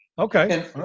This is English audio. Okay